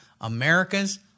America's